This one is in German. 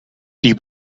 die